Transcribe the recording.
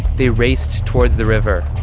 they raced towards the river